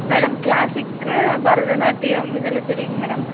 madam classic Bharatanatyam இதெலாம் தெரியுங்க madam